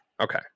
Okay